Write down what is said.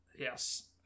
Yes